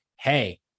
Hey